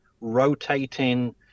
rotating